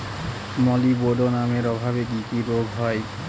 মলিবডোনামের অভাবে কি কি রোগ হয়?